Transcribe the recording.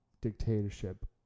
dictatorship